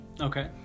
Okay